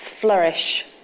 flourish